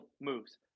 moves